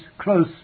close